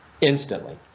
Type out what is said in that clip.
instantly